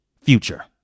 future